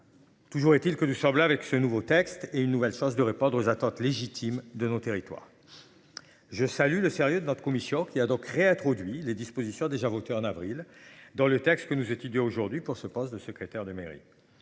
Toujours est-il que du Chablais. Avec ce nouveau texte et une nouvelle chance de répondre aux attentes légitimes de nos territoires. Je salue le sérieux de notre commission qui a donc réintroduit les dispositions déjà voté en avril dans le texte que nous étudions aujourd'hui pour ce poste de secrétaire de mairie.